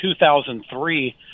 2003